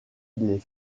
les